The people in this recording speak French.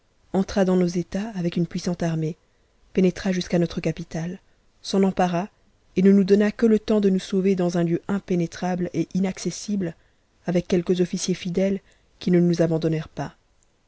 entra dans nos états avec une puissante armée pénétra ju t ntt'e capitale s'en empara et ne nous donna que le temps de nous tn dans un lieu impénétrable et inaccessible avec quelques ofuciers me ps qui ne nous abandonnèrent pas